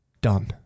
done